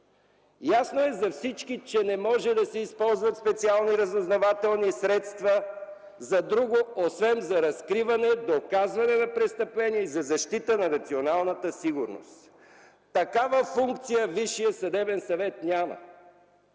Ясно е за всички, че не могат да се използват специални разузнавателни средства за друго, освен за разкриване, доказване на престъпление и за защита на националната сигурност. Такава функция Висшият съдебен съвет няма.